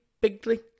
bigly